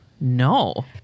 No